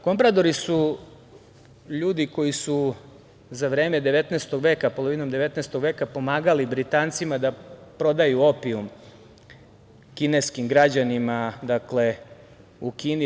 Kompradori“ su ljudi koji su za vreme 19. veka, polovinom 19. veka pomagali Britancima da prodaju opijum kineskim građanima u Kini.